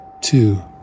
Two